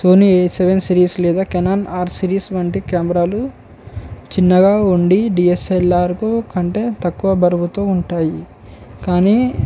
Sony A seven series లేదా Canon R series వంటి కెమెరాలు చిన్నగా ఉండి డిఎస్ఎల్ఆర్ కంటే తక్కువ బరువు ఉంటాయి కానీ